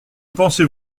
pensez